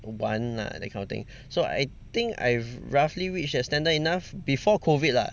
玩 lah that kind of thing so I think I've roughly reach that standard enough before COVID lah